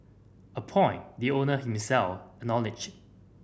a point the owner himself acknowledged